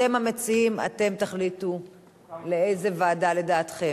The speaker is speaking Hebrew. אתם המציעים, אתם תחליטו לאיזו ועדה לדעתכם.